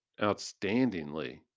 outstandingly